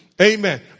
amen